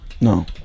No